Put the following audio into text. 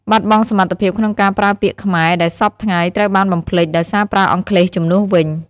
បាត់បង់សមត្ថភាពក្នុងការប្រើពាក្យខ្មែរដែលសព្វថ្ងៃត្រូវបានបំភ្លេច ដោយសារប្រើអង់គ្លេសជំនួសវិញ។